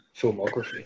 filmography